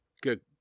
Good